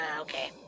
okay